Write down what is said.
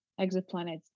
exoplanets